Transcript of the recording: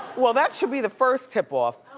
well, that should be the first tip off.